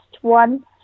one